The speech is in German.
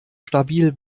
stabil